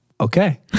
Okay